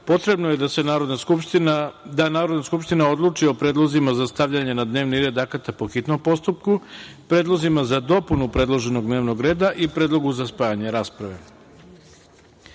potrebno je da Narodna skupština odluči o predlozima za stavljanje na dnevni red akata po hitnom postupku, predlozima za dopunu predloženog dnevnog reda i predlogu za spajanje rasprave. Odbor